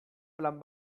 plan